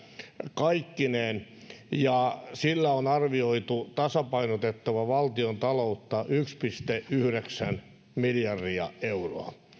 kaikkineen sillä on arvioitu tasapainotettavan valtiontaloutta yksi pilkku yhdeksän miljardia euroa